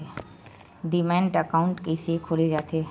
Demat account कइसे खोले जाथे?